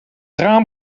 raam